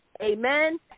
Amen